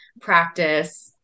practice